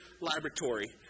laboratory